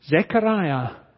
Zechariah